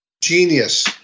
Genius